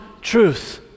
truth